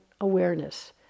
awareness